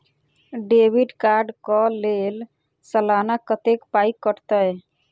Debit card कऽ लेल सलाना कत्तेक पाई कटतै?